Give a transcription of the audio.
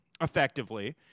effectively